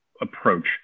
approach